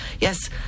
Yes